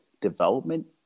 development